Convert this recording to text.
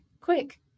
quick